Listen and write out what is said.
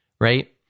right